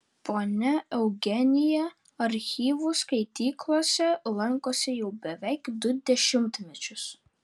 ponia eugenija archyvų skaityklose lankosi jau beveik du dešimtmečius